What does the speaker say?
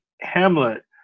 Hamlet